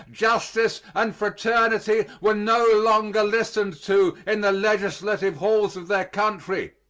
justice, and fraternity were no longer listened to in the legislative halls of their country,